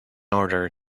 order